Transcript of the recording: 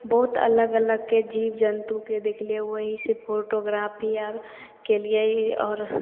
बहुत अलग अलगके जीव जन्तुके देखलीयै वहीँ पे फोटोग्राफी आर केलियै आओर